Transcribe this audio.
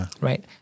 right